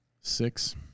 Six